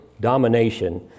domination